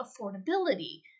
affordability